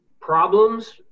problems